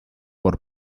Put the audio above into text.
por